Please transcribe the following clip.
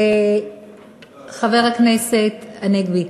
חבר הכנסת הנגבי,